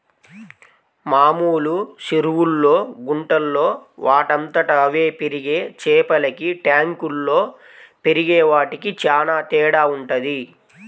మామూలు చెరువుల్లో, గుంటల్లో వాటంతట అవే పెరిగే చేపలకి ట్యాంకుల్లో పెరిగే వాటికి చానా తేడా వుంటది